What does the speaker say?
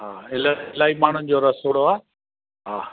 हा इल इलाही माण्हुनि जो रसोड़ो आहे हा